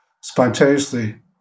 spontaneously